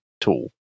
tool